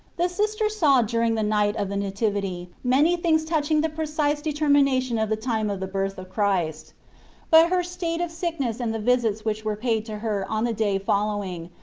the sister saw during the night of the nativity many things touching the precise determination of the time of the birth of christ but her state of sickness and the visits which were paid to her on the day following,